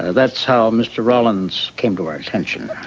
that's how mr. rollins came to our attention.